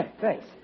thanks